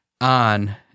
on